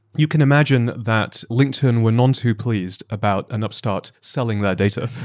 you can imagine that linkedin were none too pleased about an upstart selling their data.